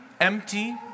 empty